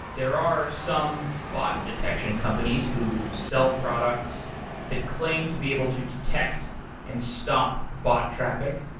there are some bot detection companies who sell products that claim to be able to detect and stop bot traffic.